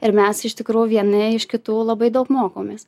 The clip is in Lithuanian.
ir mes iš tikrųjų vieni iš kitų labai daug mokomės